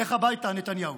לך הביתה, נתניהו.